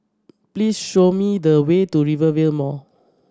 please show me the way to Rivervale Mall